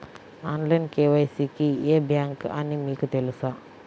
Online KYC కి ఏ bank అని మీకు తెలుసా?